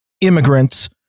immigrants